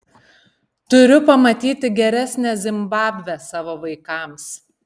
turiu pamatyti geresnę zimbabvę savo vaikams